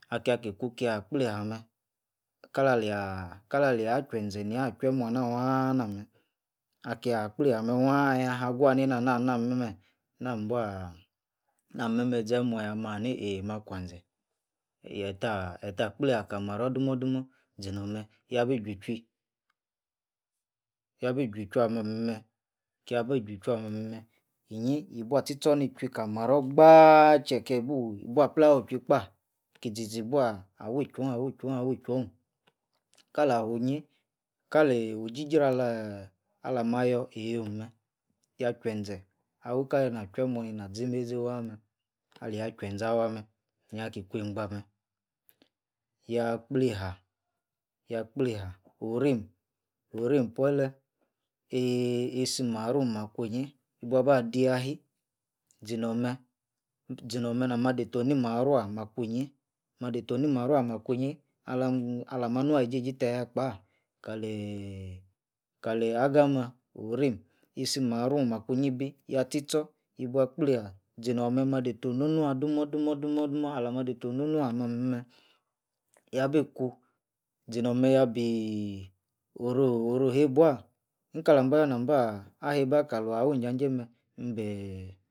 Akia ki- ku kia gbleina meh. kala lia chwueze nia- chwuemor ah- nah wuah nah meh. akia gbleina meh wah ahia hagwa neina- nah nah meh, nabua. nah meh- meh ize muor- yah. mah ni eimah-kwinze. ettah- ettah gbleina kali- manor duma dumor zinor meh. yabi chwui- chwui yabi chwui- chwui ah-meh- meh. kia bi ju- chwui ah- meh- meh, kia bi ju- chwui, ah-meh- meh, inyi yabua tchi- tchor ni- chwui kal- marra gbaah. chekebuh. bua pla wu- chwuii kpah, kiziza bua awui- chwone, awi- chworie, kala afiuniyi kali oh- jiri- jra aleeh alama yor- eiyo'm mehi, ya- chwuenze. awikalei na- chwuemnor, neina zimeizi wah- meh alia- chwuenzer aweh- meh, niaki gwueigba meh. yah gbleiha. yah gbleiha, orim, orim puole, eeee isi marun- makwinyi ibua ba di ahi. zinor meh, zinor meh nah mah deito ni maruah makwinyi mah deito ni- maniah makwinyi alam alama nua- eijei- ji ta yah- kpa, kaleeeeh. kaleeh Ag tchor. yibua gbleiha, zinor meh mah deito nonu dumor- dumor- dumor- dumor. alama deito nonua ah- meh- meh, yabi- ku. zinor- meh yabijii oro- oru- heiwa inka lam bayor namba hei ba kahia awi- injajei meh. imbeeh.